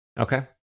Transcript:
Okay